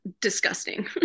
disgusting